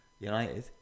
United